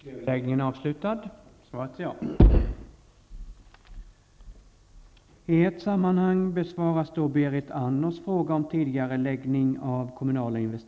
Enligt AMS kommer den öppna arbetslösheten i sommar att nå 6 % och nästa sommar 7 %. Arbetsmarknadsminister Börje Hörnlund har förklarat att regeringen skall se till att arbetslösheten blir klart lägre än så.